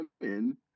women